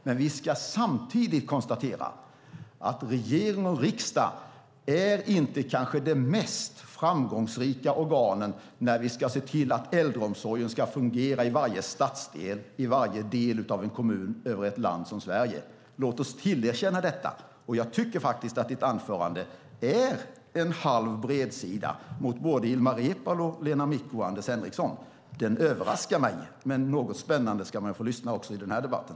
Men vi ska samtidigt konstatera att regering och riksdag kanske inte är de mest framgångsrika organen när vi ska se till att äldreomsorgen fungerar i varje stadsdel, i varje del av en kommun över ett land som Sverige. Låt oss erkänna detta. Jag tycker faktiskt att Lena Hallengrens anförande är en halv bredsida mot Ilmar Reepalu, Lena Micko och Anders Henriksson. Det överraskar mig, men något spännande ska man få lyssna på också i den här debatten.